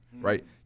right